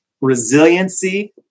resiliency